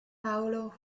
paolo